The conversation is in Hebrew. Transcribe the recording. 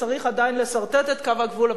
וצריך עדיין לסרטט את קו הגבול,